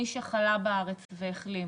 מי שחלה בארץ והחלים,